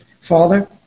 Father